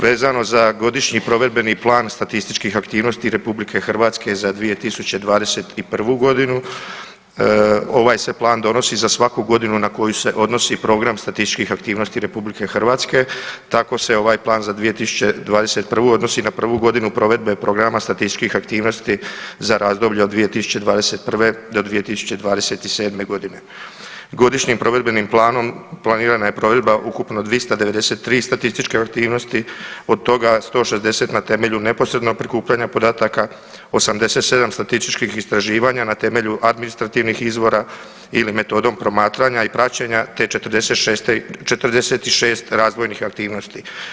Vezano za Godišnji provedbeni plan statističkih aktivnosti RH za 2021.g., ovaj se plan donosi za svaku godinu na koju se odnosi program statističkih aktivnosti RH tako se ovaj plan za 2021.g. odnosi na prvu godinu provedbe programa statističkih aktivnosti za razdoblje od 2021.-2027.g. Godišnjim provedbenim planom planirana je provedba ukupno 293 statističke aktivnosti od toga 160 na temelju neposrednog prikupljanja podataka 87 statističkih istraživanja na temelju administrativnih izvora ili metodom promatranja i praćenja te 46 razvojnih aktivnosti.